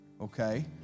okay